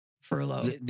furlough